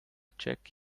check